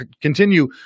continue